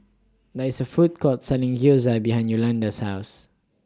There IS A Food Court Selling Gyoza behind Yolonda's House